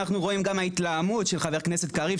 אנחנו רואים גם ההתלהמות של חבר הכנסת קריב,